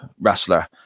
wrestler